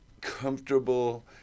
comfortable